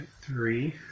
three